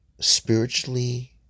spiritually